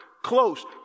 close